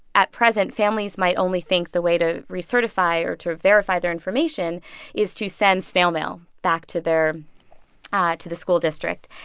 at present, families might only think the way to recertify or to verify their information is to send snail mail back to their ah to the school district.